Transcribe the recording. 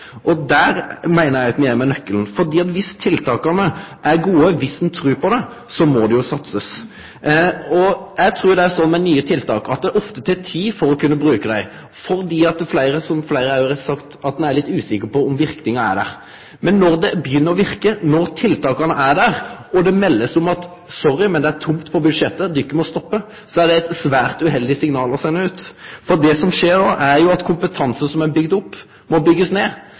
viktige. Der meiner eg me er ved nøkkelen, for viss tiltaka er gode, viss ein trur på dei, må det satsast. Eg trur det er slik med nye tiltak at det ofte tek tid før ein kan bruke dei, fordi – som fleire òg har sagt – ein er litt usikker på om verknaden er der. Men når tiltaka er der og begynner å verke, og det då blir meldt at sorry, det er tomt på budsjettet, de må stoppe, er det eit svært uheldig signal å sende ut. For det som då skjer, er at kompetanse som er bygd opp, må byggjast ned,